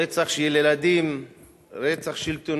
רצח של ילדים ותינוקות